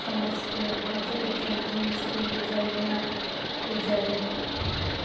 ସମସ୍ତେ ମଜା କରୁଛନ୍ତି ସ୍କୁଲରେ ଯାଇକିନା ପୂଜାରେ